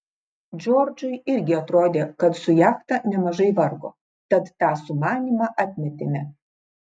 džordžui irgi atrodė kad su jachta nemažai vargo tad tą sumanymą atmetėme